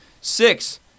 six